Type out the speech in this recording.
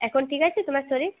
এখন ঠিক আছে তোমার শরীর